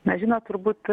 na žinot turbūt